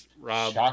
Rob